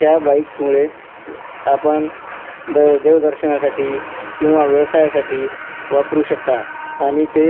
त्या बाईकमुळे आपण द देवदर्शनासाठी किंवा व्यवसायासाठी वापरू शकता आणि ते